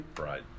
right